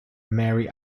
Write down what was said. mary